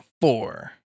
Four